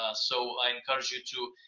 ah so i encourage you to,